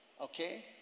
Okay